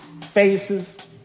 faces